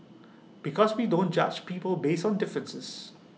because we don't judge people based on differences